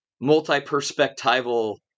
multi-perspectival